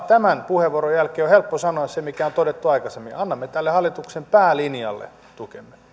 tämän puheenvuoron jälkeen on helppo sanoa se mikä on todettu aikaisemmin annamme tälle hallituksen päälinjalle tukemme